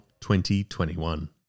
2021